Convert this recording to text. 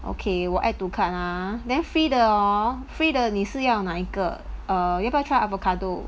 okay 我 add to cart ah then free 的 hor free 的你是要那一个 err 要不要 try avocado